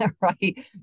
right